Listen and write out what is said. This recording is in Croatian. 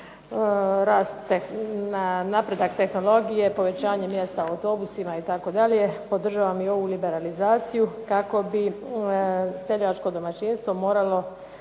napredak tehnologije, povećanje mjesta u autobusima itd., podržavam i ovu liberalizaciju kako bi seljačko domaćinstvo moglo